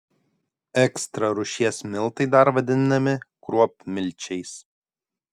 ekstra rūšies miltai dar vadinami kruopmilčiais